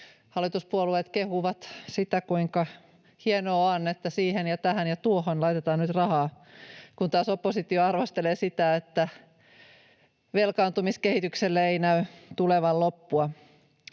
Hallituspuolueet kehuvat sitä, kuinka hienoa on, että siihen ja tähän ja tuohon laitetaan nyt rahaa, kun taas oppositio arvostelee sitä, että velkaantumiskehitykselle ei näy tulevan loppua.